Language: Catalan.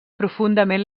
profundament